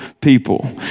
people